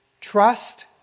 trust